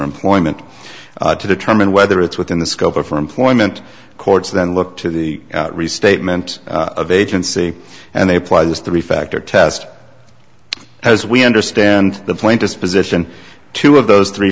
employment to determine whether it's within the scope or for employment courts then look to the restatement of agency and they apply this three factor test as we understand the plan disposition two of those three